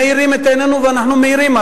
מאירים את עינינו ואנחנו מעירים.